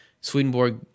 Swedenborg